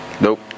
nope